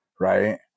right